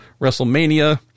WrestleMania